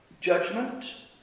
judgment